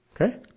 Okay